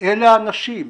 אלה האנשים.